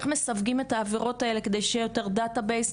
איך מסווגים את העבירות האלה כדי שיהיה יותר דאטה בייס.